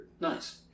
Nice